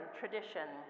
tradition